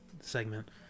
segment